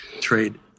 trade